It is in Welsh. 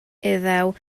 iddew